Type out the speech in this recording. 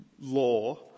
law